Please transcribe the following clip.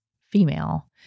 female